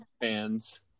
fans